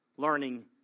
learning